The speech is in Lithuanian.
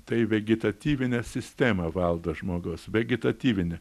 tai vegetatyvinė sistema valdo žmogaus vegetatyvinė